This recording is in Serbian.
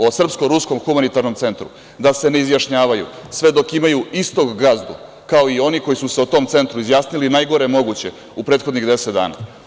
O Srpsko-ruskom humanitarnom centru da se ne izjašnjavaju sve dok imaju istog gazdu, ako i oni koji su se o tom centru izjasnili najgore moguće u prethodnih deset dana.